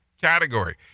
category